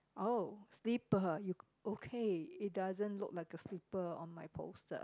oh slipper you okay it doesn't look like a slipper on my poster